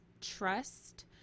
trust